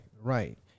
right